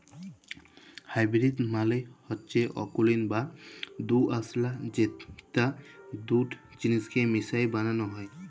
hybrid মালে হচ্যে অকুলীন বা দুআঁশলা যেট দুট জিলিসকে মিশাই বালালো হ্যয়